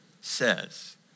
says